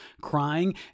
crying